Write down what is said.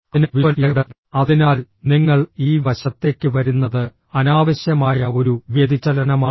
അതിനാൽ വിഷ്വൽ ഇവിടെ ഉണ്ട് അതിനാൽ നിങ്ങൾ ഈ വശത്തേക്ക് വരുന്നത് അനാവശ്യമായ ഒരു വ്യതിചലനമാണ്